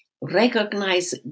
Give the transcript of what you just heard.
recognize